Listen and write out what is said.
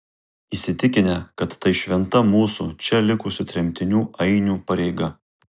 įsitikinę kad tai šventa mūsų čia likusių tremtinių ainių pareiga